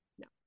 No